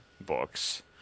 books